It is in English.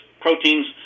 proteins